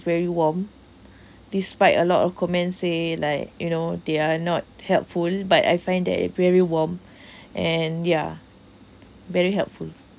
very warm despite a lot of comments say like you know they're not helpful but I find that it very warm and yeah very helpful